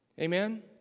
Amen